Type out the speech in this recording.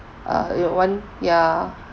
uh I want ya